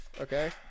Okay